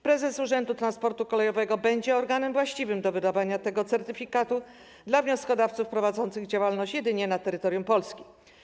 Prezes Urzędu Transportu Kolejowego będzie organem właściwym do wydawania tego certyfikatu dla wnioskodawców prowadzących działalność jedynie na terytorium Polski.